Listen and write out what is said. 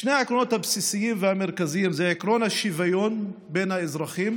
שני העקרונות הבסיסיים והמרכזיים הם עקרון השוויון בין האזרחים